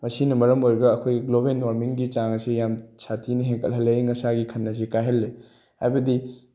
ꯃꯁꯤꯅ ꯃꯔꯝ ꯑꯣꯏꯔꯒ ꯑꯩꯈꯣꯏ ꯒ꯭ꯂꯣꯕꯦꯜ ꯋꯥꯔꯃꯤꯡꯒꯤ ꯆꯥꯡ ꯑꯁꯤ ꯌꯥꯝ ꯁꯥꯊꯤꯅ ꯍꯦꯟꯒꯠꯍꯜꯂꯦ ꯑꯏꯪ ꯑꯁꯥꯒꯤ ꯈꯜ ꯑꯁꯤ ꯀꯥꯏꯍꯜꯂꯦ ꯍꯥꯏꯕꯗꯤ